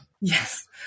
Yes